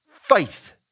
faith